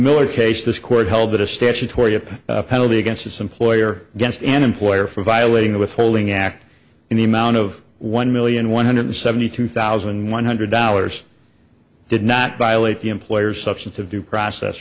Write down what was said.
miller case this court held that a statutory up penalty against its employer against an employer for violating the withholding act in the amount of one million one hundred seventy two thousand one hundred dollars did not violate the employer's substance of due process